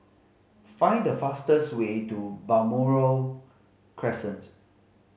find the fastest way to Balmoral Crescent